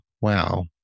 Wow